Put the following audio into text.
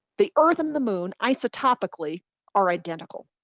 the earth and the moon isotopically are identical.